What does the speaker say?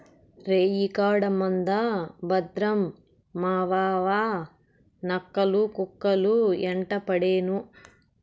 రేయికాడ మంద భద్రం మావావా, నక్కలు, కుక్కలు యెంటపడేను